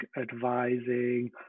advising